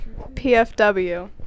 PFW